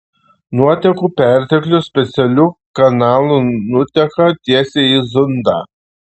nuotekų perteklius specialiu kanalu nuteka tiesiai į zundą